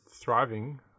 thriving